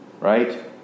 right